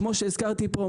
כמו שהזכרתי פה,